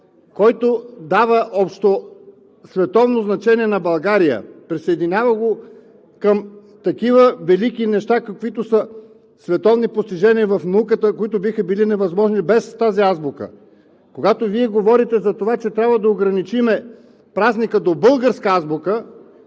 който дава световно значение на България, присъединява ни към такива велики неща, каквито са световни постижения в науката, които биха били невъзможни без тази азбука, когато Вие говорите за това, че трябва да ограничим празника до българска азбука,